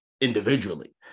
individually